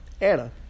Anna